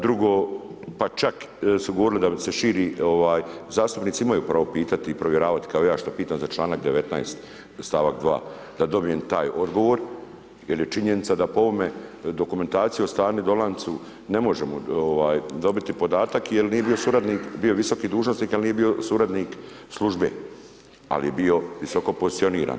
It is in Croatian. Drugo, pa čak su govorili da im se širi, ovaj, zastupnici imaju pravo pitati i provjeravati, kao ja što pitam članak 19., stavak 2 da dobijem taj odgovor, jer je činovnica, da je po ovome, dokumentacija o Stanu Dolancu ne možemo dobiti podatak, jer nije bio suradnik, bio je visoki dužnosnik, ali nije bio suradnik službe, ali je bio visoko pozicioniran.